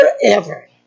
forever